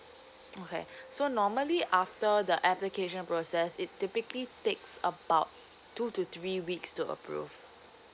okay so normally after the application process it typically takes about two to three weeks to approve